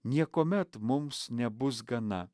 niekuomet mums nebus gana